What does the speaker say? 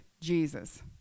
Jesus